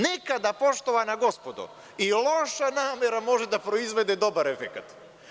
Nekada, poštovana gospodo, i loša namera može da proizvede dobar efekat.